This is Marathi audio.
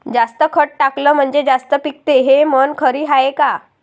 जास्त खत टाकलं म्हनजे जास्त पिकते हे म्हन खरी हाये का?